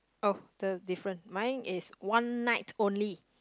oh the different mine is one night only